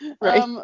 Right